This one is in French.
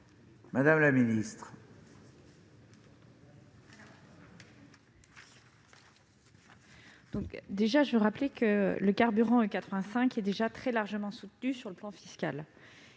Madame la ministre,